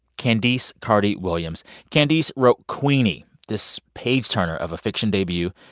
candice carty-williams. candice wrote queenie, this page turner of a fiction debut.